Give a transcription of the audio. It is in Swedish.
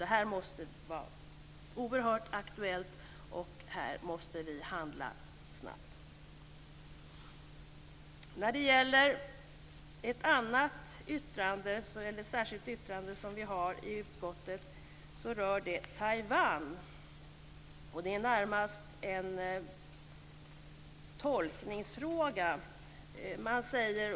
Det här är oerhört aktuellt, och här måste vi handla snabbt. Ett annat särskilt yttrande som vi har i utskottsbetänkandet rör Taiwan. Det är närmast en tolkningsfråga.